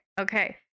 okay